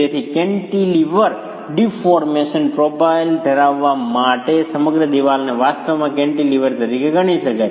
તેથી cantilever deformation profile ધરાવવા માટે સમગ્ર દિવાલને વાસ્તવમાં કેન્ટીલીવર તરીકે ગણી શકાય